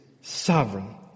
sovereign